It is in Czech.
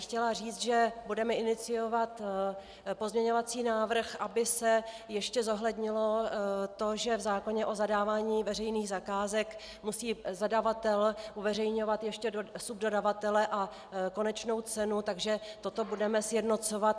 Chtěla bych říct, že budeme iniciovat pozměňovací návrh, aby se ještě zohlednilo to, že v zákoně o zadávání veřejných zakázek musí zadavatel uveřejňovat ještě subdodavatele a konečnou cenu, takže toto budeme sjednocovat.